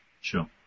Sure